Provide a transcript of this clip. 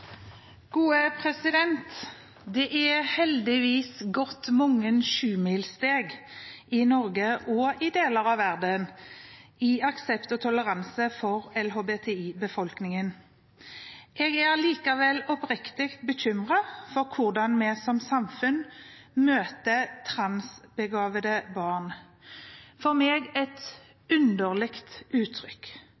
Det er heldigvis gått mange sjumilssteg i Norge – og i deler av verden – i aksept og toleranse for LHBTI-befolkningen. Jeg er allikevel oppriktig bekymret for hvordan vi som samfunn møter transbegavede barn – for meg et